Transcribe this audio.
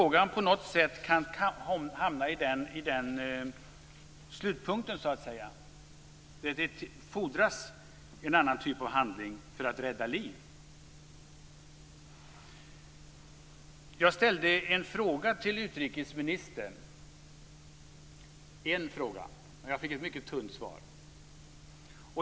På något sätt kan man i frågan hamna så att slutpunkten blir att det fordras en annan typ av handling för att rädda liv. Jag ställde en fråga till utrikesministern och fick ett mycket tunt svar.